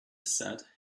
sat